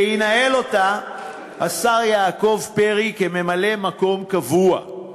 וינהל אותה השר יעקב פרי כממלא-מקום קבוע.